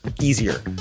easier